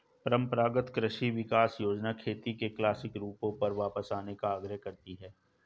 परम्परागत कृषि विकास योजना खेती के क्लासिक रूपों पर वापस जाने का आग्रह करती है